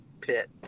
pit